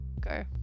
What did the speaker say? Go